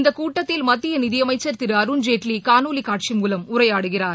இந்தக்கூட்டத்தில் மத்திய நிதியமைச்சர் திரு அருண்ஜேட்லி காணொலி காட்சி மூலம் உரையாடுகிறார்